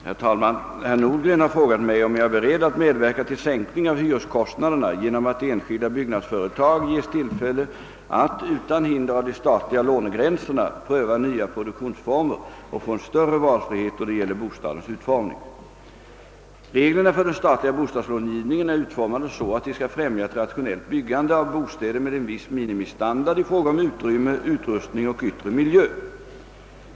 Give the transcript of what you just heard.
Herr talman! Herr Nordgren har frågat mig, om jag är beredd att medverka till sänkning av hyreskostnaderna genom att enskilda byggnadsföretag ges tillfälle att, utan hinder av de statliga åtgärder för att sänka hyreskostnaderna lånegränserna, pröva nya produktionsformer och få en större valfrihet då det gäller bostadens utformning. Reglerna för den statliga bostadslångivningen är utformade så, att de skall främja ett rationellt byggande av bostäder med en viss minimistandard i fråga om utrymme, utrustning och yttre miljö.